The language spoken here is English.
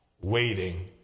waiting